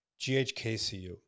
GHKCU